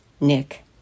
Nick